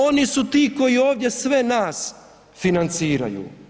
Oni su ti koji ovdje sve nas financiraju.